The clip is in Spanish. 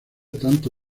tanto